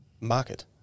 market